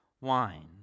wine